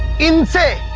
in fact,